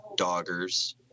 Doggers